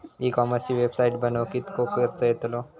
E कॉमर्सची website बनवक किततो खर्च येतलो?